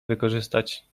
wykorzystać